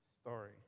story